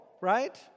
right